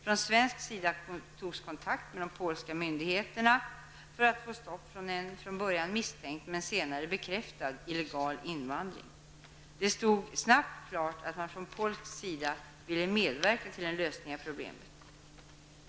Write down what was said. Från svensk sida togs kontakt med polska myndigheter för att få stopp på en från början misstänkt men senare bekräftad illegal invandring. Det stod snabbt klart att man från polsk sida ville medverka till en lösning av problemen.